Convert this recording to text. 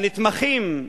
הנתמכים,